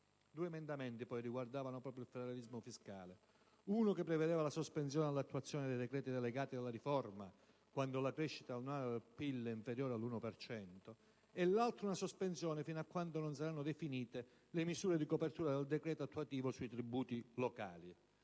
Due emendamenti, poi, riguardavano proprio il federalismo fiscale: uno prevedeva la sospensione dell'attuazione dei decreti delegati della riforma quando la crescita annuale del PIL è inferiore all'1 per cento; l'altro prevedeva una sospensione fino a quando non saranno definite le misure di copertura del decreto attuativo sui tributi locali.